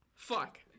Fuck